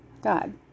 God